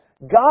God